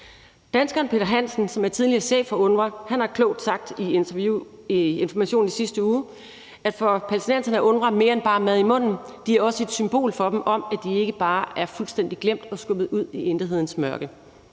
Danskeren Peter Hansen, som er tidligere chef for UNRWA, har klogt sagt i et interview i Information i sidste uge: For palæstinenserne er UNRWA mere end bare mad i munden, de er også et symbol for dem om, at de ikke bare er fuldstændig glemt og skubbet ud i intethedens mørke.